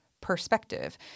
perspective